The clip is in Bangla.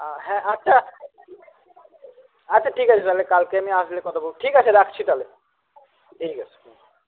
আ হ্যাঁ আচ্ছা আচ্ছা ঠিক আছে তাহলে কালকে আমি আসলে কথা ঠিক আছে রাখছি তাহলে ঠিক আছে হুম